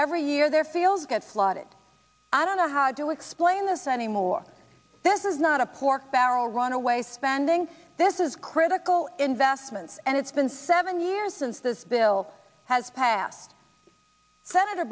every year their fields get flooded i don't know how to explain this any more this is not a pork barrel runaway spending this is critical investments and it's been seven years since this bill has passed senator